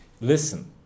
listen